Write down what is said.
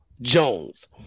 Jones